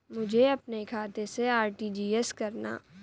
मुझे अपने खाते से आर.टी.जी.एस करना?